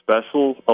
Special